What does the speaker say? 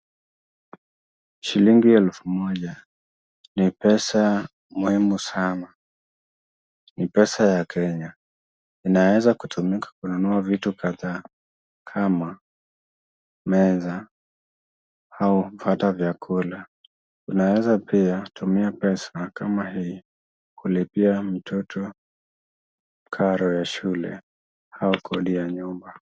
Shilingi elfu moja ni pesa muhimu sana, ni pesa ya Kenya, inaweza kutumika kununua vitu kadha kama meza au hata vyakula, unaweza pia tumia pesa kama hii kulipia mtoto karo ya shule au kodi ya nyumba.